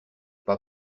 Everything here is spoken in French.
pas